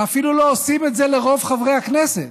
ואפילו לא עושים את זה לרוב חברי הכנסת